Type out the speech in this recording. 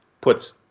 puts